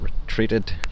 retreated